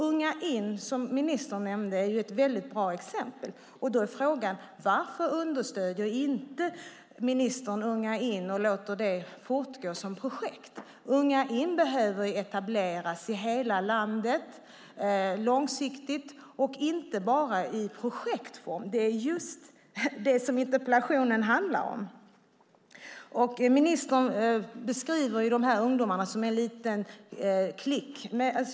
Unga In som ministern nämnde är ett bra exempel. Varför understöder inte ministern Unga In och låter projektet fortgå? Unga In behöver långsiktigt etableras i hela landet, inte bara i projektform. Det är just det interpellationen handlar om. Ministern beskriver ungdomarna som en liten klick.